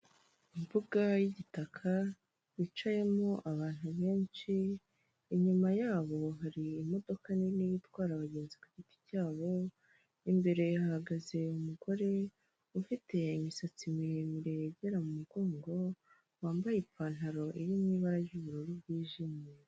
Imbuga y'igitaka wicayemo abantu benshi, inyuma yabo hari imodoka nini itwara abagenzi ku giti cyabo, imbere ihagaze umugore ufite imisatsi miremire yegera mu mugongo, wambaye ipantaro iri mu ibara ry'ubururu bwijimye.